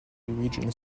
region